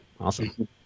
Awesome